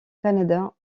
canada